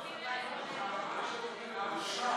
מרב.